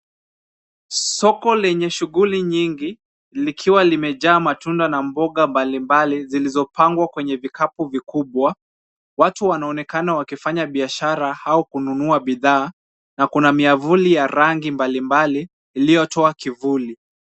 Soko lenye shughuli nyingi, likiwa limejaa matunda na mboga mbalimbali zilizopangwa kwenye vikapu vikubwa. Watu wanaonekana wakifanya biashara au kununua bidhaa na kuna miavuli ya rangi mbalimbali iliyotoa kivuli.